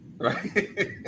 right